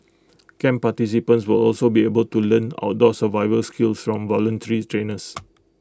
camp participants will also be able to learn outdoor survival skills from voluntary trainers